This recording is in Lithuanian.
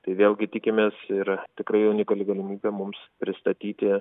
tai vėlgi tikimės ir tikrai unikali galimybė mums pristatyti